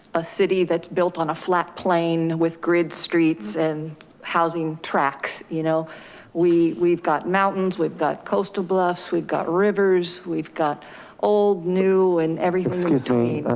ah city that's built on a flat plane with grid streets and housing tracks. you know we've got mountains, we've got coastal bluffs, we've got rivers, we've got old new, and every excuse me,